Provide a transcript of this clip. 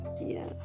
Yes